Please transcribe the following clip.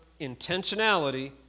intentionality